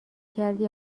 کردی